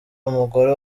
umugore